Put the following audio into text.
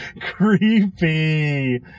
creepy